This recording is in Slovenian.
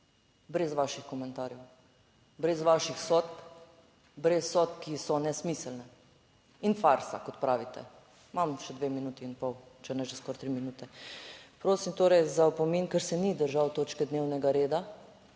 Brez vaših komentarjev, brez vaših sodb, brez sodb, ki so nesmiselne in farsa, kot pravite. Imam še 2 minuti in pol, če ne že skoraj 3 minute. Prosim torej za opomin, ker se ni držal točke dnevnega reda,